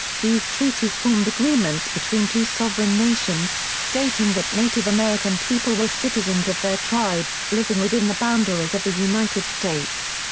these treaties formed agreements between two sovereign nations, stating that native american people were citizens of their tribe, living within the boundaries of the united states.